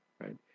Right